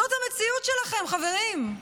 זאת המציאות שלכם, חברים.